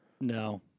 no